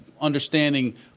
understanding